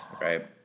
right